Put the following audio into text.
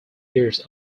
years